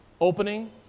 opening